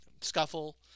scuffle